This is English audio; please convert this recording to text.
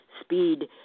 speed